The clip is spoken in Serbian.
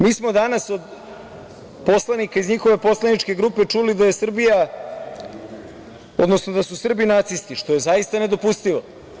Mi smo danas od poslanika iz njihove poslaničke grupe čuli da je Srbija, odnosno da su Srbi nacisti, što je zaista nedopustivo.